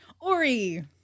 Ori